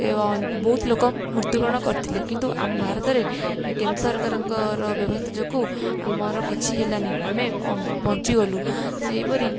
ଏ ବହୁତ ଲୋକ ମୃତ୍ୟୁ ବରଣ କରିଥିଲେ କିନ୍ତୁ ଆମ ଭାରତରେ କେନ୍ଦ୍ରସରକାରଙ୍କର ବ୍ୟବସ୍ଥା ଯୋଗୁ ଆମର କିଛି ହେଲାନି ଆମେ ବଞ୍ଚି ଗଲୁ ସେହିପରି